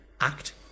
act